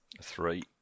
Three